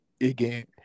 again